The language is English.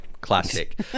classic